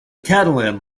catalan